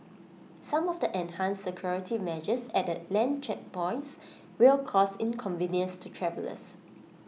some of the enhanced security measures at the land checkpoints will cause inconvenience to travellers